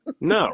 No